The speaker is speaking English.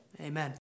Amen